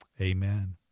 Amen